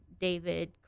David